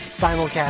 simulcast